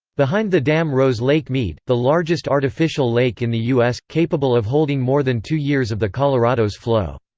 behind the dam rose lake mead, the largest artificial lake in the u s, capable of holding more than two years of the colorado's flow.